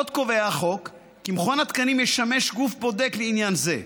עוד קובע החוק כי מכון התקנים ישמש גוף בודק לעניין זה.